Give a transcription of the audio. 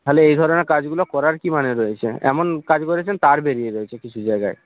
তাহলে এই ধরনের কাজগুলো করার কি মানে রয়েছে এমন কাজ করেছেন তার বেরিয়ে রয়েছে কিছু জায়গায়